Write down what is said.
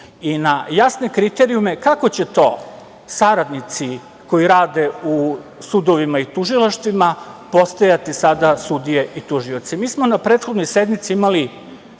i na jasne kriterijume kako će to saradnici koji rade u sudovima i tužilaštvima postojati sada sudije i tužioci. Mi smo na prethodnoj sednici imali